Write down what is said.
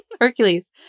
Hercules